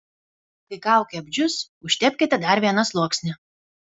kai kaukė apdžius užtepkite dar vieną sluoksnį